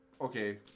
okay